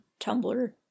Tumblr